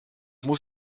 muss